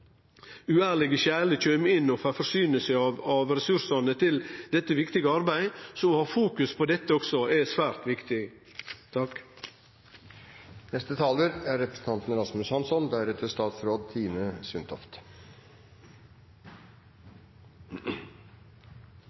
uærlege sjeler kjem inn og får forsyne seg av ressursane til dette viktige arbeidet. Så det er svært viktig å fokusere på dette også.